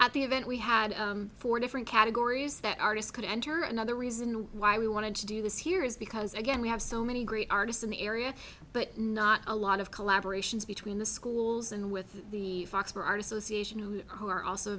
at the event we had four different categories that artists could enter another reason why we wanted to do this here is because again we have so many great artists in the area but not a lot of collaboration between the schools and with the fox for our association who are also